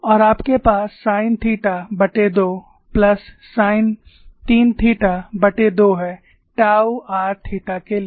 और आपके पास sine theta plus sine 3 theta है टाऊ r थीटा के लिए